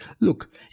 look